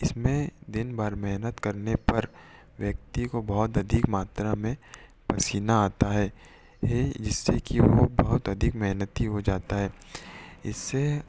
इसमें दिनभर मेहनत करने पर व्यक्ति को बहुत अधिक मात्रा में पसीना आता है हे जिससे कि वो बहुत अधिक मेहनती हो जाता है इससे